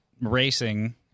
Racing